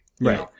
Right